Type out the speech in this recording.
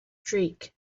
streak